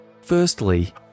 Firstly